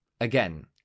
Again